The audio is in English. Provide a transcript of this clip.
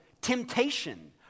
temptation